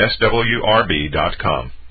SWRB.com